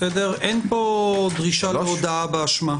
אין פה דרישה להודאה באשמה.